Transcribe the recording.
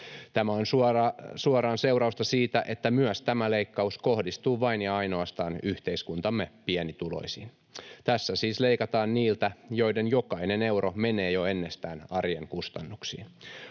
Tämä on suoraan seurausta siitä, että myös tämä leikkaus kohdistuu vain ja ainoastaan yhteiskuntamme pienituloisiin. Tässä siis leikataan niiltä, joiden jokainen euro menee jo ennestään arjen kustannuksiin.